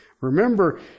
Remember